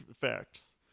Facts